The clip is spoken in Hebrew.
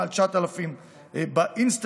מעל 9,000 באינסטגרם.